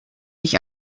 ich